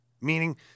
meaning